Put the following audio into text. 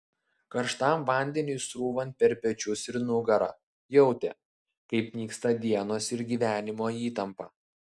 karštam vandeniui srūvant per pečius ir nugarą jautė kaip nyksta dienos ir gyvenimo įtampa